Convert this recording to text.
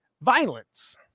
violence